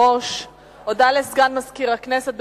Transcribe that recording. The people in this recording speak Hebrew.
הודעה לסגן מזכירת הכנסת,